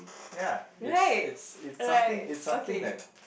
ya it's it's it's something it's something that